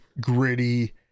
gritty